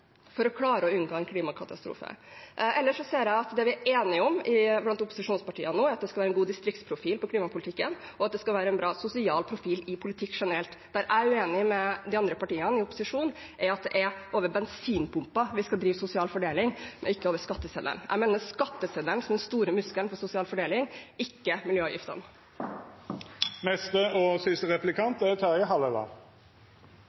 for å klare å unngå en klimakatastrofe. Ellers ser jeg at det vi er enige om i opposisjonspartiene nå, er at vi skal ha en god distriktsprofil på klimapolitikken, og at det skal være en bra sosial profil i politikk generelt. Det jeg er uenig med de andre partiene i opposisjon i, er at det er over bensinpumpa vi skal drive sosial fordeling, ikke over skatteseddelen. Jeg mener skatteseddelen skal være den store muskelen for sosial fordeling, ikke miljøavgiftene.